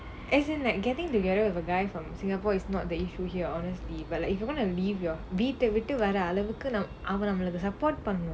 as in like getting together with a guy from singapore is not the issue here honestly but like if you wanna leave your வீட்டைவிட்டு வர அளவுக்கு அவன் நமக்கு:veetaivittu vara alavukku avan nammaku support பண்ணனும்:pannanum